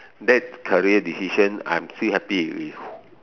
that career decision I'm still happy with it